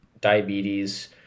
diabetes